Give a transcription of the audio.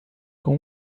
com